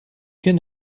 can